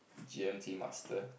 G_M_T master